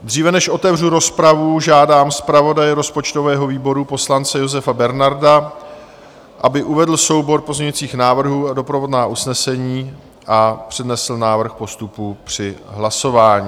Dříve, než otevřu rozpravu, žádám zpravodaje rozpočtového výboru, poslance Josefa Bernarda, aby uvedl soubor pozměňovacích návrhů a doprovodná usnesení a přednesl návrh postupu při hlasování.